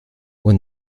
when